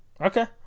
Okay